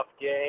game